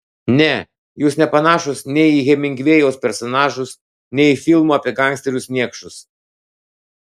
ne jūs nepanašūs nei į hemingvėjaus personažus nei į filmų apie gangsterius niekšus